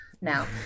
now